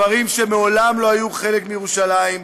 כפרים שמעולם לא היו חלק מירושלים,